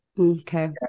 Okay